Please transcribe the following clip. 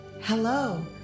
Hello